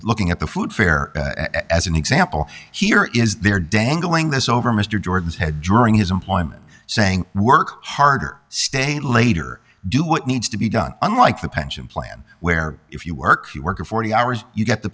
looking at the food fair as an example here is there dangling this over mr jordan's head during his employment saying work harder stay late or do what needs to be done unlike the pension plan where if you work you work forty hours you get the